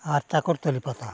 ᱟᱨ ᱪᱟᱠᱚᱞᱛᱟᱹᱲᱤ ᱯᱟᱛᱟ